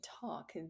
talk